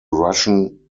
russian